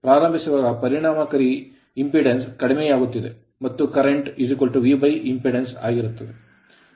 ಆದ್ದರಿಂದ ಪ್ರಾರಂಭಿಸುವಾಗ ಪರಿಣಾಮಕಾರಿ impedance ಇಂಪೆಡಾನ್ಸ್ ಕಡಿಮೆಯಾಗುತ್ತಿದೆ ಮತ್ತು ಕರೆಂಟ್ Vimpedance ಇಂಪೆಡಾನ್ಸ್ ಆಗಿರುತ್ತದೆ